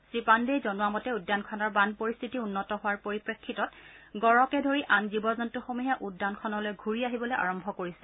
শ্ৰীপাণ্ডেই জনোৱা মতে উদ্যানখনৰ বান পৰিস্থিতি উন্নত হোৱাৰ পৰিপ্ৰেক্ষিতত গড়কে ধৰি আন জীৱ জন্তসমূহ উদ্যানখনলৈ ঘূৰি আহিবলৈ আৰম্ভ কৰিছে